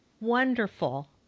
wonderful